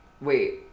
Wait